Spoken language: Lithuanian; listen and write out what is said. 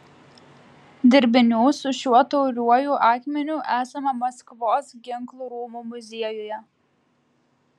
dirbinių su šiuo tauriuoju akmeniu esama maskvos ginklų rūmų muziejuje